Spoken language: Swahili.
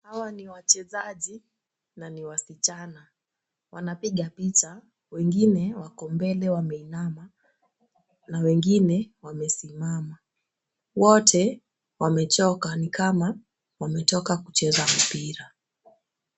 Hawa ni wachezaji na ni wasichana. Wanapiga picha. Wengine wako mbele wameinama na wengine wamesimama. Wote wamechoka ni kama wametoka kucheza mpira.